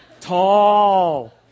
Tall